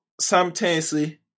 simultaneously